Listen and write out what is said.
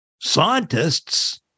scientists